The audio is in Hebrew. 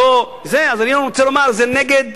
אני רוצה לומר שזה נגד